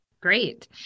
Great